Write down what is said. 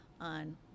on